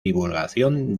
divulgación